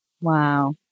Wow